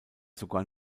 sogar